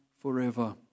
forever